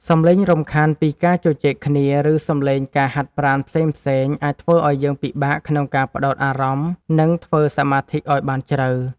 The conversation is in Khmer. សំឡេងរំខានពីការជជែកគ្នា ឬសំឡេងការហាត់ប្រាណផ្សេងៗ អាចធ្វើឱ្យយើងពិបាកក្នុងការផ្ដោតអារម្មណ៍ និងធ្វើសមាធិឱ្យបានជ្រៅ។